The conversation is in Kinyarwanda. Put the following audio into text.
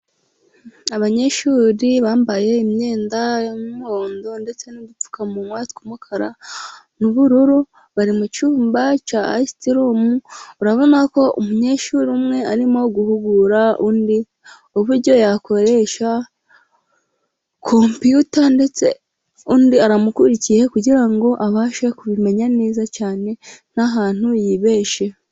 Abanyeshuri bambaye imyenda y'umuhondo ndetse n'udupfukamunwa tw'umukara n'ubururu, bari mu cyumba cya ayisitirumu, urabona ko umunyeshuri umwe arimo guhugura undi uburyo yakoresha kompiyuta, ndetse undi aramukurikiye kugira ngo abashe kubimenya neza cyane, n'ahantu yibeshye.